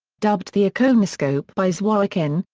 dubbed the iconoscope by zworykin,